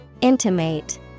Intimate